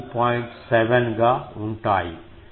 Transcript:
7 గా ఉంటాయి